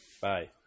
Bye